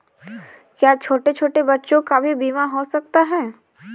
क्या छोटे छोटे बच्चों का भी बीमा हो सकता है?